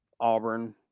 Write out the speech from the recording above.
Auburn